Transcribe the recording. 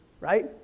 right